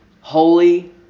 Holy